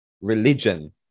Religion